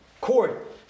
court